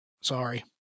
Sorry